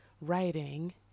writing